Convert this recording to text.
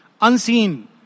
unseen